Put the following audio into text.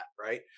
right